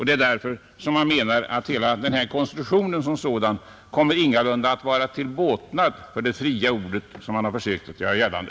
Det är därför som man menar att hela konstruktionen som sådan ingalunda kommer att bli till båtnad för det fria ordet, vilket man har försökt att göra gällande.